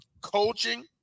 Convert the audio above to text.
coaching